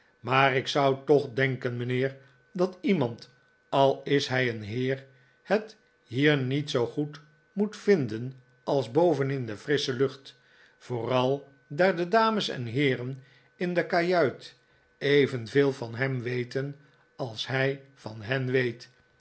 maar ik zou toch denken mijnheer dat iemand al is hij een heer het hier niet zoo goed moet vinden als boven in de frissche lucht vooral daar de dames en heeren in de kajuit evenveel van hem weten als hij van hen weet